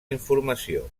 informació